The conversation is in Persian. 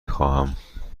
خواهم